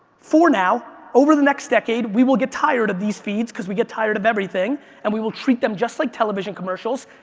for now. over the next decade we will get tired of these feeds because we get tired of everything and we will treat them just like television commercials.